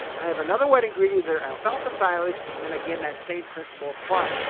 i have another wet ingredient there alfalfa silage and again that same principles apply.